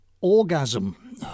orgasm